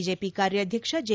BJP ಕಾರ್ಯಾಧ್ಯಕ್ಷ J